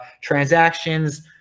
transactions